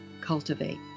cultivate